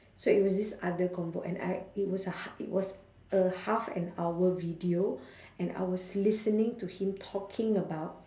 so it was this other convo and I it was a ha~ it was a half an hour video and I was listening to him talking about